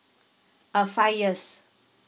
uh five years